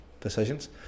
decisions